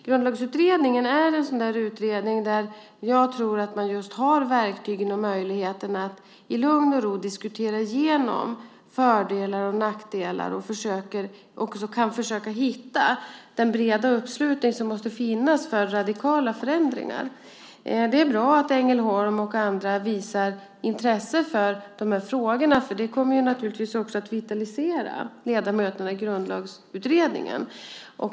Grundlagsutredningen är en utredning där jag tror att man har verktygen och möjligheten att i lugn och ro diskutera igenom fördelar och nackdelar och kan försöka hitta den breda uppslutning som måste finnas för radikala förändringar. Det är bra att Ängelholm och andra visar intresse för de här frågorna, för det kommer naturligtvis också att vitalisera ledamöterna i Grundlagsutredningen.